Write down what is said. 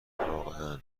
واقعا